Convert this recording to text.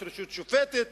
יש רשות שופטת,